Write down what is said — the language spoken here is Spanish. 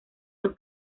los